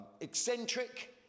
eccentric